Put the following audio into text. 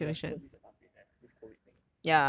honestly we are super disadvantaged eh this COVID thing